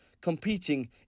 competing